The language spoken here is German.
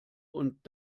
und